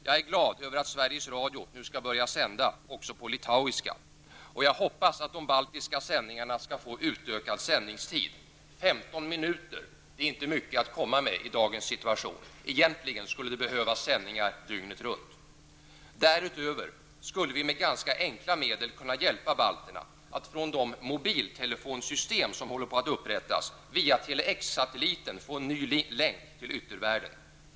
Jag är glad över att Sveriges Radio nu skall börja sända också på litauiska, och jag hoppas att de baltiska sändningarna skall få utökad sändningstid. 15 minuter är inte mycket att komma med i dagens situation. Egentligen skulle det behövas sändningar dygnet runt. Därutöver skulle vi med ganska enkla medel kunna hjälpa balterna att genom de mobiltelefonsystem som håller på att upprättas via Tele--X-satelliten få en ny länk till yttervärlden.